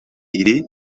iri